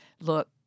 Look